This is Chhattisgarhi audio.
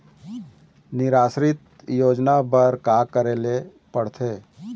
निराश्री योजना बर का का करे ले पड़ते?